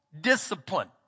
discipline